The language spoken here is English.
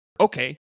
Okay